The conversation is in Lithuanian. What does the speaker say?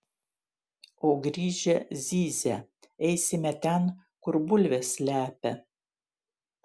o grįžę zyzia eisime ten kur bulves slepia